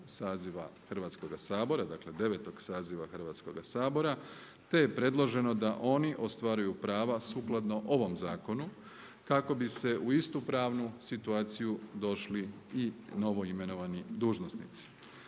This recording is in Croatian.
saziva Hrvatskoga sabora, dakle devetog saziva Hrvatskoga sabora, te je predloženo da oni ostvaruju prava sukladno ovom zakonu kako bi se u istu pravnu situaciju došli i novoimenovani dužnosnici.